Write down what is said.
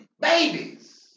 Babies